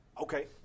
Okay